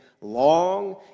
long